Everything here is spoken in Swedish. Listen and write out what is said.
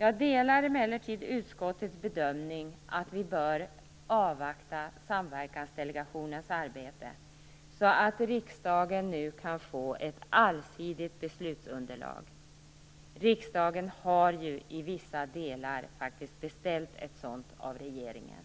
Jag delar emellertid utskottets bedömning att vi bör avvakta Samverkansdelegationens arbete, så att riksdagen kan få ett allsidigt beslutsunderlag. Riksdagen har faktiskt i vissa delar beställt ett sådant av regeringen.